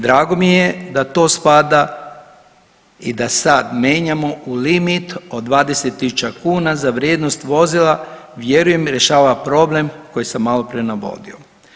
Drago mi je da to spada i da sad mijenjamo limit od 20000 kuna za vrijednost vozila, vjerujem rješava problem koji sam malo prije navodio.